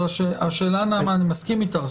אני מסכים איתך, נעמה.